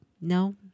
no